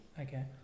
okay